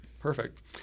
Perfect